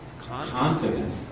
confident